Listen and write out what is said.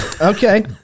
Okay